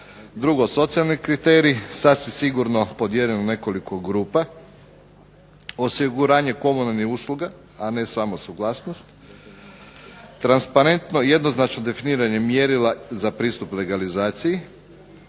drugo socijalni kriterij, sasvim sigurno podijeljen u nekoliko grupa, osiguranje komunalnih usluga, a ne samo suglasnost, transparentno jednoznačno definiranje mjerila za pristup legalizaciji,